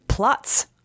plots